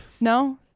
No